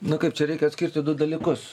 na kaip čia reikia atskirti du dalykus